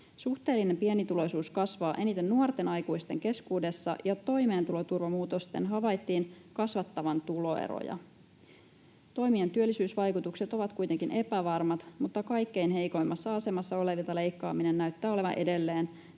Suhteellinen pienituloisuus kasvaa eniten nuorten aikuisten keskuudessa, ja toimeentuloturvamuutosten havaittiin kasvattavan tuloeroja. Toimien työllisyysvaikutukset ovat kuitenkin epävarmat, mutta kaikkein heikoimmassa asemassa olevilta leikkaaminen näyttää olevan edelleen